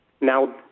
Now